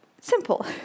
simple